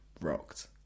rocked